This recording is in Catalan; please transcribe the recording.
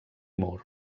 moore